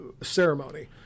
ceremony